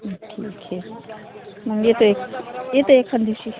हं ठीक आहे मग येते येते एखाद दिवशी